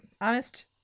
honest